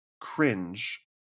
cringe